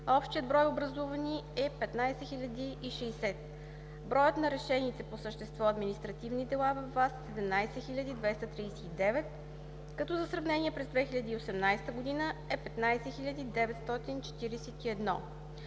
общият брой образувани е 15 060. Броят на решените по същество административни дела във ВАС е 17 239, като за сравнение през 2018 г. е 15 941.